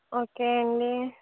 okay అండి